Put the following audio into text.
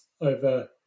over